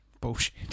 Bullshit